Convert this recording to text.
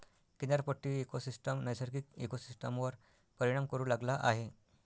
किनारपट्टी इकोसिस्टम नैसर्गिक इकोसिस्टमवर परिणाम करू लागला आहे